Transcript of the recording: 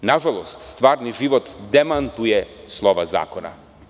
Nažalost, stvarni život demantuje slova zakona.